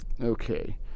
Okay